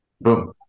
Boom